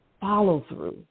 follow-through